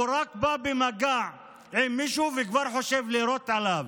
הוא רק בא במגע עם מישהו, וכבר חושב לירות עליו.